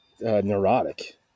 neurotic